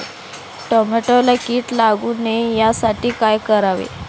टोमॅटोला कीड लागू नये यासाठी काय करावे?